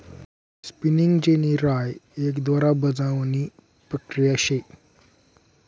spinning jenny राय एक दोरा बजावणी प्रक्रिया शे